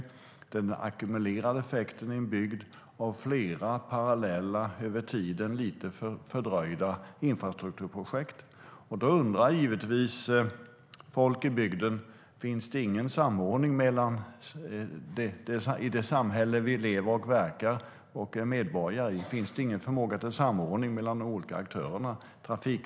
Jag talar om den ackumulerade effekten i en bygd av flera parallella, över tiden lite fördröjda infrastrukturprojekt. Då undrar givetvis folk i bygden om det inte finns någon förmåga till samordning mellan de olika aktörerna - Trafikverket, Svenska kraftnät etcetera - i det samhälle som vi lever, verkar och är medborgare i.